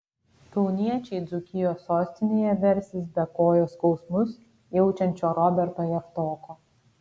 kauniečiai dzūkijos sostinėje versis be kojos skausmus jaučiančio roberto javtoko